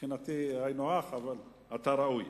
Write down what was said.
מבחינתי היינו הך, אבל אתה ראוי.